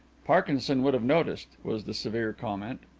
parkinson would have noticed, was the severe comment.